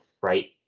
right